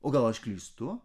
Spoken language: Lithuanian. o gal aš klystu